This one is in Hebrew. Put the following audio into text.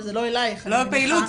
וזה לא --- לא לפעילות,